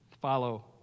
follow